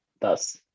Thus